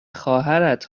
خواهرت